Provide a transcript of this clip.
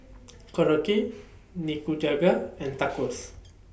Korokke Nikujaga and Tacos